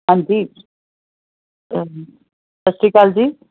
ਹਾਂਜੀ ਸਤਿ ਸ਼੍ਰੀ ਅਕਾਲ ਜੀ